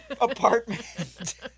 apartment